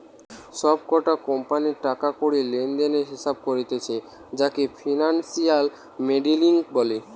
সব কটা কোম্পানির টাকা কড়ি লেনদেনের হিসেবে করতিছে যাকে ফিনান্সিয়াল মডেলিং বলে